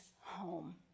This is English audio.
home